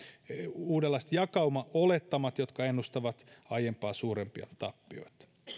uudenlaiset jakaumaolettamat jotka ennustavat aiempaa suurempia tappioita